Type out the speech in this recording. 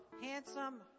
handsome